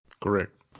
Correct